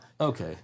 Okay